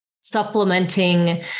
supplementing